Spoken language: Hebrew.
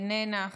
איננה,